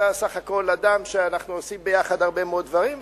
בסך הכול אנחנו עושים ביחד הרבה מאוד דברים,